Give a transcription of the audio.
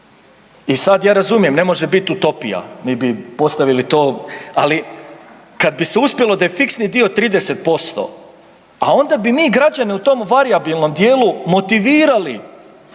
I sad ja razumijem, ne može biti utopija, mi bi postavili to, ali kad bi se uspjelo da je fiksni dio 30%, a onda bi mi građane u tom varijabilnom dijelu motivirali.